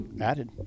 Added